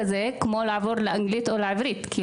כמו לעבור לאנגלית או לעברית.